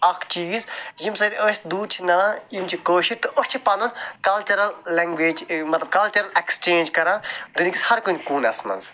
اَکھ چیٖز ییٚمہِ سۭتۍ أسۍ دوٗرِ چھِ نَنان یِم چھِ کٲشِر تہٕ أسۍ چھِ پَنُن کَلچَرَل لیٚنٛگویج ٲں مطلب کَلچَرَل ایٚکٕسچینٛج کران دُنیا ہکِس ہر کُنہِ کوٗنَس منٛز